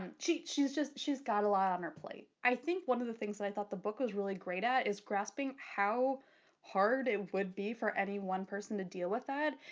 um she's she's just she's got a lot on her plate. i think one of the things i thought the book was really great at is grasping how hard it would be for any one person to deal with that.